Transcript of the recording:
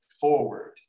forward